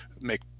make